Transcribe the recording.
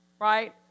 Right